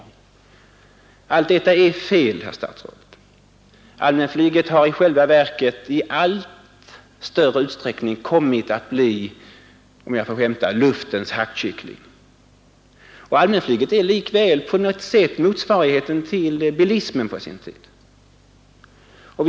Allt detta är fel, herr statsråd. Allmänflyget har i själva verket i allt större utsträckning kommit att bli, om jag får skämta, luftens hackkyckling. Allmänflyget är likväl på något sätt motsvarigheten till bilismen på sin tid.